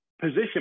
position